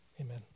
amen